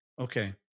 okay